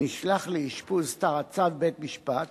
נשלח לאשפוז תחת צו בית-משפט